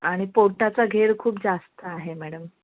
आणि पोटाचा घेर खूप जास्त आहे मॅडम